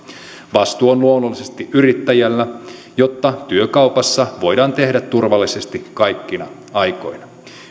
vastuu on luonnollisesti yrittäjällä jotta työ kaupassa voidaan tehdä turvallisesti kaikkina aikoina